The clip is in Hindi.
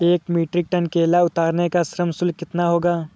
एक मीट्रिक टन केला उतारने का श्रम शुल्क कितना होगा?